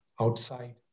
outside